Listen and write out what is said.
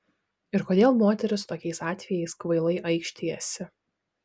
ir kodėl moterys tokiais atvejais kvailai aikštijasi